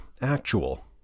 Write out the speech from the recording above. actual